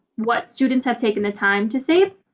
what students have taken the time to save